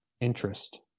interest